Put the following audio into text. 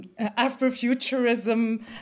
Afrofuturism